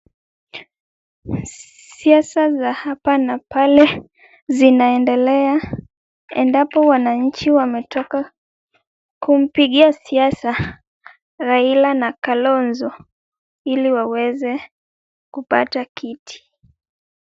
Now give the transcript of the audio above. Siasa za hapa na pale zinaendelea endapo wananchi wametoka kumpigia siasa, Raila na Kalonzo ili waweze kupata kiti.